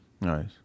nice